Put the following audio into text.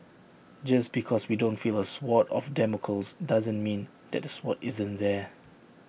just because we don't feel A sword of Damocles doesn't mean that the sword isn't there